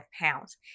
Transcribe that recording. pounds